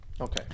okay